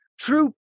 true